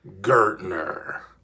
Gertner